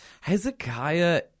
Hezekiah